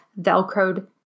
Velcroed